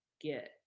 get